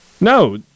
No